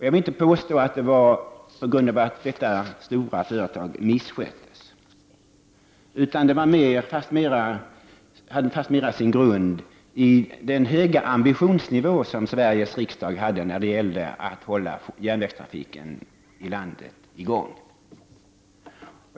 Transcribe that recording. Jag vill inte påstå att det var på grund av att detta stora företag missköttes, utan det hade fastmera sin grund i den höga ambitionsnivå som Sveriges riksdag hade när det gällde att hålla järnvägstrafiken i landet i gång.